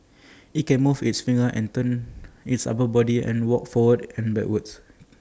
IT can move its fingers and turn its upper body and walk forward and backward